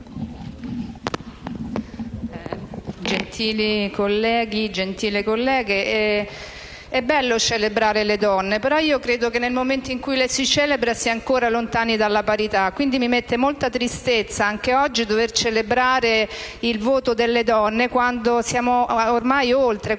gentili colleghi e gentili colleghe, è bello celebrare le donne ma, nel momento in cui le si celebra, si è ancora lontani dalla parità. Quindi, mi mette molta tristezza, anche oggi, dover celebrare il voto della donne quando siamo ormai oltre, quando